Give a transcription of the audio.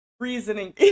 Reasoning